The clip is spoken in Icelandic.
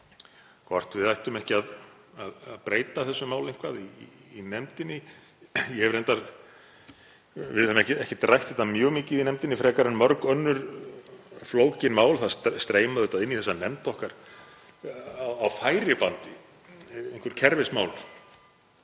hvort við ættum ekki að breyta þessu máli eitthvað í nefndinni. Við höfum ekkert rætt þetta mjög mikið í nefndinni frekar en mörg önnur flókin mál. Það streyma inn í þessa nefnd okkar á færibandi einhver kerfismál